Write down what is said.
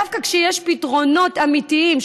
דווקא כשיש פתרונות אמיתיים,